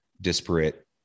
disparate